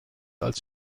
als